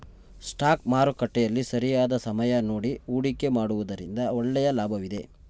stock ಮಾರುಕಟ್ಟೆಯಲ್ಲಿ ಸರಿಯಾದ ಸಮಯ ನೋಡಿ ಹೂಡಿಕೆ ಮಾಡುವುದರಿಂದ ಒಳ್ಳೆಯ ಲಾಭವಿದೆ